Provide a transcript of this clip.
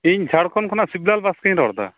ᱤᱧ ᱡᱷᱟᱲᱠᱷᱚᱸᱰ ᱠᱷᱚᱱᱟᱜ ᱥᱤᱵᱽᱞᱟᱞ ᱵᱟᱥᱠᱮᱧ ᱨᱚᱲ ᱮᱫᱟ